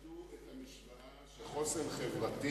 פה עיוותו את המשוואה של חוסן חברתי.